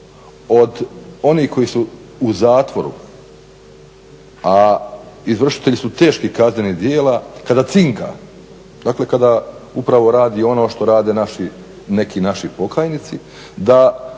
od onih koji su u zatvoru a izvršitelji su teških kaznenih djela, kada cinka, dakle kada upravo radi ono što rade neki naši pokajnici da